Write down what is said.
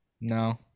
No